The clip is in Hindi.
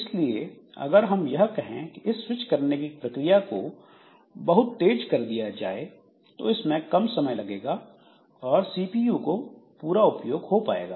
इसलिए अगर हम यह कहें कि इस स्विच करने की प्रक्रिया को बहुत तेज कर दिया जाए तो इसमें कम समय लगेगा और सीपीयू का पूरा उपयोग हो पाएगा